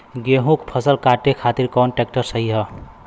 गेहूँक फसल कांटे खातिर कौन ट्रैक्टर सही ह?